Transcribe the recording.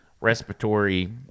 respiratory